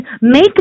make